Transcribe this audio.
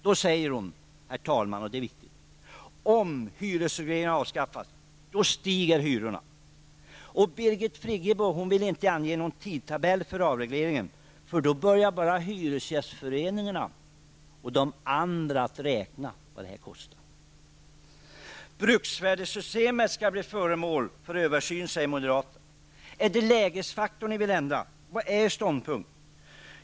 Hon sade -- detta är viktigt -- att om hyresregleringen avskaffas stiger hyrorna. Birgit Friggebo ville inte ange någon tidtabell för avregleringen eftersom hyresgästföreningarna och de andra då bara börjar räkna ut vad det kostar. Bruksvärdesystemet skall bli föremål för översyn, säger moderaterna. Är det lägesfaktorn ni vill ändra? Vilken är er ståndpunkt?